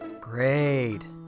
Great